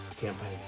campaign